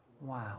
Wow